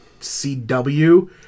CW